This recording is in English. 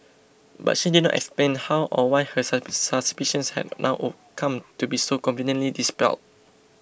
but she did not explain how or why her suspicions had now oh come to be so conveniently dispelled